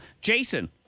Jason